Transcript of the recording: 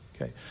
Okay